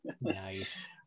Nice